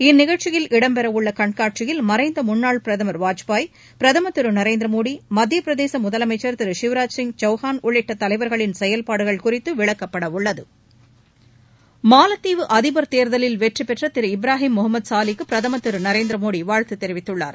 இந்நிகழ்ச்சியில் இடம்பெறவுள்ள கண்காட்சியில் மறைந்த முன்னாள் பிரதமர் வாஜ்பாய் பிரதமர் திருநரேந்திரமோடி மத்திய பிரதேச முதலமைச்சர் திரு சிவ்ராஜ் சிங் சவ்ஹான் உள்ளிட்ட தலைவர்களின் செயல்பாடுகள் குறித்து விளக்கப்படவுள்ளது மாலத்தீவு அதிபர் தேர்தலில் வெற்றி பெற்ற திரு இப்ராஹிம் முகமத் சாவிஹிற்கு பிரதமர் நரேந்திரமோடி வாழ்த்து தெரிவித்துள்ளார்